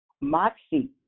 Moxie